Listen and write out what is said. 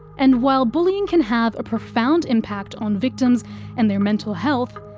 and while bullying can have a profound impact on victims and their mental health,